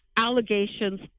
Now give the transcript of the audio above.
Allegations